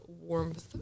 warmth